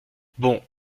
bon